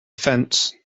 fence